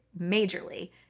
majorly